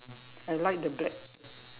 I like the black